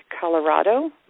colorado